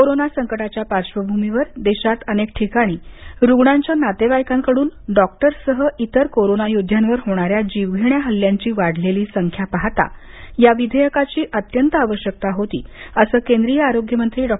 corona संकटाच्या पार्श्वभूमीवर देशात अनेक ठिकाणी रुग्णाच्या नातेवाईकांकडून डॉक्टर्ससह इतर कोरोना योध्यांवर होणाऱ्या जीवघेण्या हल्ल्यांची वाढलेली संख्या पाहता या विधेयकाची अत्यंत आवश्यकता होती असं केंद्रीय आरोग्यमंत्री डॉ